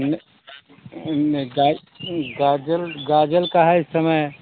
नहीं नहीं गाई गाजर गाजर का है इस समय